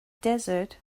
desert